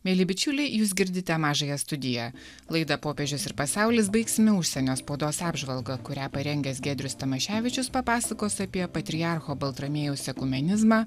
mieli bičiuliai jūs girdite mažąją studiją laidą popiežius ir pasaulis baigsime užsienio spaudos apžvalgą kurią parengęs giedrius tamaševičius papasakos apie patriarcho baltramiejaus ekumenizmą